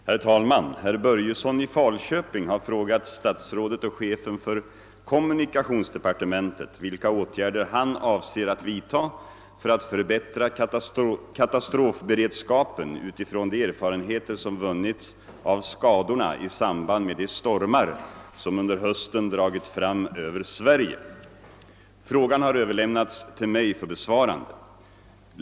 Herr talman! Herr Börjesson i Fal köping har frågat statsrådet och chefen för kommunikationsdepartementet vilka åtgärder han avser att vidta för att förbättra katastrofberedskapen utifrån de erfarenheter som vunnits av skadorna i samband med de stormar som under hösten dragit fram över Sverige. Frågan har överlämnats till mig för besvarande.